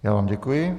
Já vám děkuji.